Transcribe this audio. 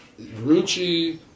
Ruchi